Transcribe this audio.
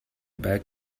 back